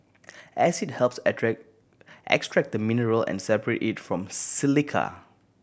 acid helps extract the mineral and separate it from silica